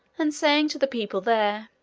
and saying to the people there,